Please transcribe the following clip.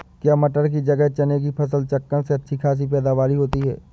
क्या मटर की जगह चने की फसल चक्रण में अच्छी खासी पैदावार होती है?